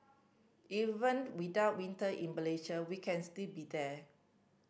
even without winter in Malaysia we can still be there